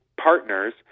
partners